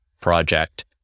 project